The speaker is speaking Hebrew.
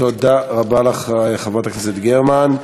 תודה רבה לך, חברת הכנסת גרמן.